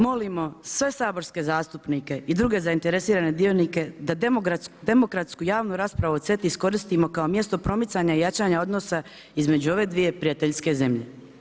Molimo sve saborske zastupnike i druge zainteresirane dionike da demokratsku javnu raspravu o CETA-i iskoristimo kao mjesto promicanja i jačanja odnosa između ove dvije prijateljske zemlje.